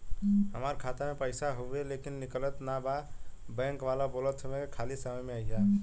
हमार खाता में पैसा हवुवे लेकिन निकलत ना बा बैंक वाला बोलत हऊवे की खाली समय में अईहा